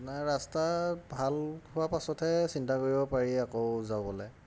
আপোনাৰ ৰাস্তা ভাল হোৱা পাছতহে চিন্তা কৰিব পাৰি আকৌ যাবলৈ